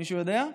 מישהו יודע?